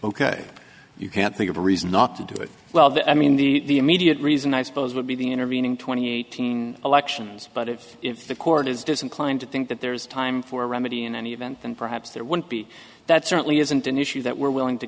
but you can't think of a reason not to do it well but i mean the immediate reason i suppose would be the intervening twenty eighteen elections but it's if the court is disinclined to think that there is time for remedy in any event then perhaps there won't be that certainly isn't an issue that we're willing to